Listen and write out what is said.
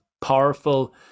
powerful